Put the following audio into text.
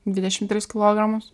dvidešimt tris kilogramus